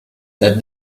that